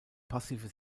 passive